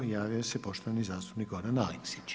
Javio se poštovani zastupnik Goran Aleksić.